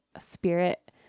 spirit